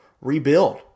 rebuild